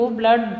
blood